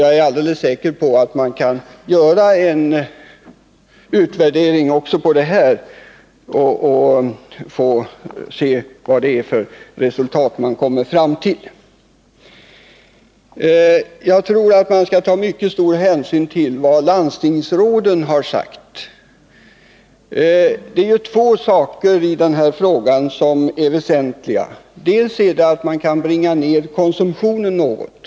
Jag är alldeles säker på att det går att göra en utvärdering också av det här försöket. Jagtror att man bör ta mycket stor hänsyn till vad landstingsråden har sagt. Det är två saker i den här frågan som är väsentliga. Man kan för det första bringa ner konsumtionen av alkohol något.